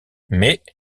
mais